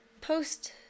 post